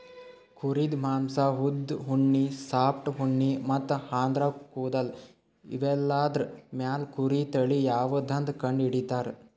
ಕುರಿದ್ ಮಾಂಸಾ ಉದ್ದ್ ಉಣ್ಣಿ ಸಾಫ್ಟ್ ಉಣ್ಣಿ ಮತ್ತ್ ಆದ್ರ ಕೂದಲ್ ಇವೆಲ್ಲಾದ್ರ್ ಮ್ಯಾಲ್ ಕುರಿ ತಳಿ ಯಾವದಂತ್ ಕಂಡಹಿಡಿತರ್